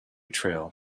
trail